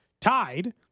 tied